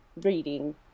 reading